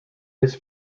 his